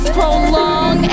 prolong